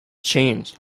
changed